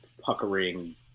puckering